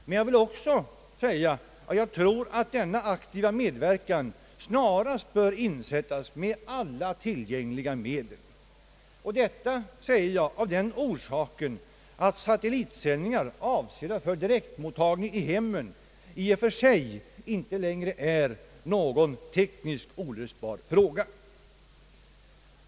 Men jag vill också säga, att jag tror att denna aktiva medverkan snarast bör sättas in med alla tillgängliga medel. Orsaken till det är att satellitsändningar avsedda för direktmottagning i hemmen i och för sig inte längre är någon tekniskt olösbar fråga.